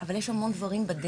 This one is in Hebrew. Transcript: אבל יש גם המון דברים בדרך.